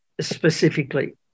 specifically